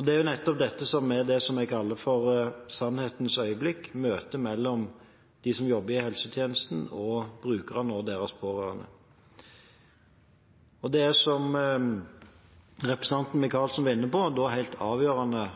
Det er nettopp dette som er det som vi kaller for sannhetens øyeblikk – møtet mellom de som jobber i helsetjenesten, og brukerne og deres pårørende. Det som representanten Micaelsen var inne på med en god ledelse, er da helt avgjørende.